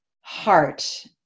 heart